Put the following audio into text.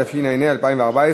התשע"ה 2014,